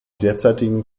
derzeitigen